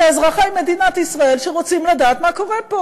זה אזרחי מדינת ישראל שרוצים לדעת מה קורה פה